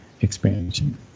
expansion